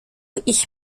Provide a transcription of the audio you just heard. ich